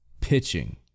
pitching